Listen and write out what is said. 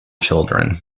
children